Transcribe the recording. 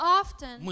often